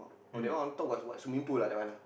oh that one on top got what swimming pool ah that one ah